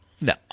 No